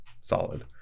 solid